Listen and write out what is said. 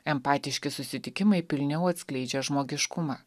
empatiški susitikimai pilniau atskleidžia žmogiškumą